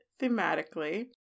thematically